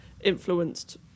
influenced